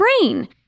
brain